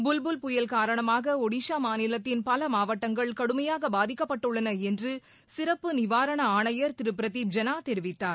புல் புல் புயல் காரணமாக ஒடிஷா மாநிலத்தின் பல மாவட்டங்கள் கடுமையாக பாதிக்கப்பட்டுள்ளன என்று சிறப்பு நிவாரண ஆணையர் திரு பிரதீப் ஜெனா தெரிவித்தார்